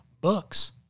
Books